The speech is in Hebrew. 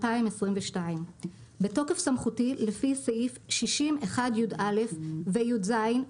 2022 בתוקף סמכותי לפי סעיף 60(1)(יא) ו-(יז)